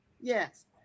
Yes